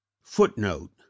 footnote